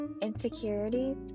insecurities